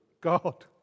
God